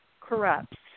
corrupts